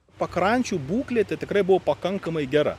pakrančių būklė tai tikrai buvo pakankamai gera